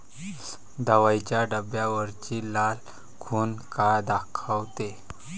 दवाईच्या डब्यावरची लाल खून का दाखवते?